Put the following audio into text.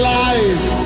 life